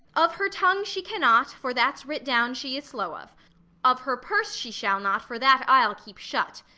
of her tongue she cannot, for that's writ down she is slow of of her purse she shall not, for that i'll keep shut.